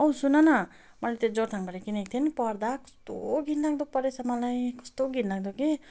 औ सुनन मैले त्यो जोरथाङबाट किनेको थिएँ नि पर्दा कस्तो घिनलाग्दो परेछ मलाई कस्तो घिनलाग्दो कि